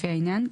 לפי העניין,